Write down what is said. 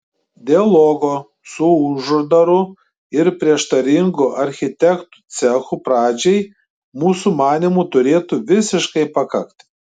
dialogo su uždaru ir prieštaringu architektų cechu pradžiai mūsų manymu turėtų visiškai pakakti